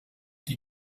die